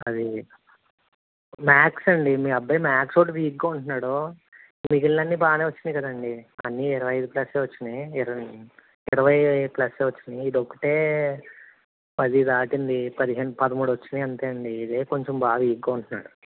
అది మ్యాక్స్ అండి మీ అబ్బాయి మ్యాక్స్ ఒకటి వీక్గా ఉంటున్నాడు మిగిలినవన్నీ బాగానే వచ్చినాయి కాదండి అన్నీ ఇరవై ఐదు ప్లస్సే వచ్చినాయి ఇరవై ఇరవై ప్లస్సే వచ్చినాయి ఇదొక్కటే పది దాటింది పదిహేను పదమూడు వచ్చినాయి అంతే అండి ఇదే కొంచెం బాగా వీక్గా ఉంటున్నాడు